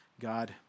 God